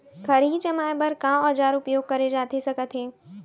खरही जमाए बर का औजार उपयोग करे जाथे सकत हे?